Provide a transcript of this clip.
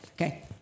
Okay